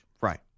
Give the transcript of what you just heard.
Right